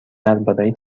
درباره